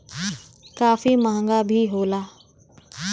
काफी महंगा भी होला